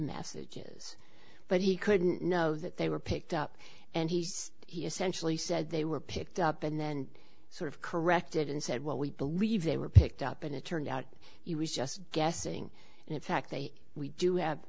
messages but he couldn't know that they were picked up and he's he essentially said they were picked up and then sort of corrected and said well we believe they were picked up and it turned out he was just guessing and in fact that we do have